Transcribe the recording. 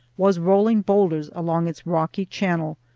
was rolling boulders along its rocky channel,